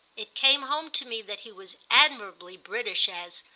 it came home to me that he was admirably british as,